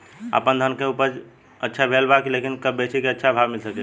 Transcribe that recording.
आपनधान के उपज अच्छा भेल बा लेकिन कब बेची कि अच्छा भाव मिल सके?